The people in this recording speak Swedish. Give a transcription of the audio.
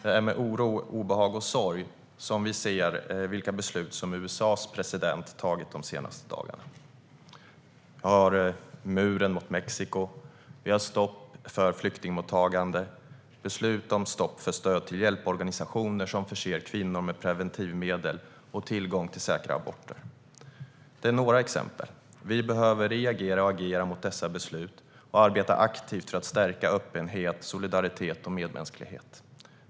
Det är med oro, obehag och sorg som vi ser vilka beslut som USA:s president har fattat de senaste dagarna. Det är muren mot Mexiko, stopp för flyktingmottagande, beslut om stopp för stöd till hjälporganisationer som förser kvinnor med preventivmedel och tillgång till säkra aborter. Det är några exempel. Vi behöver reagera och agera mot dessa beslut och arbeta aktivt för att stärka öppenhet, solidaritet och medmänsklighet.